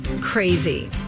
crazy